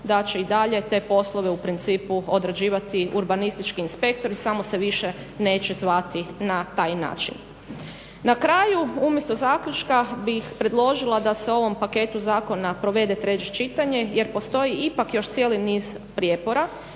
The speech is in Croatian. da će i dalje te poslove u principu odrađivati urbanistički inspektori samo se više neće zvati na taj način. Na kraju umjesto zaključka bih predložila da se o ovom paketu zakona provede treće čitanje, jer postoji ipak još cijeli niz prijepora